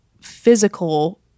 physical